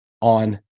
on